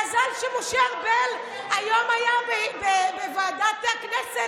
מזל שמשה ארבל היה היום בוועדת הכנסת,